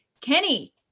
Kenny